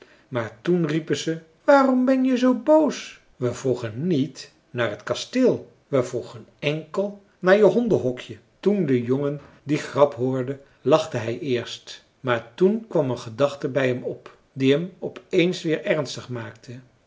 maar toen riepen ze waarom ben je zoo boos we vroegen niet naar het kasteel we vroegen enkel naar je hondenhokje toen de jongen die grap hoorde lachte hij eerst maar toen kwam een gedachte bij hem op die hem op eens weer ernstig maakte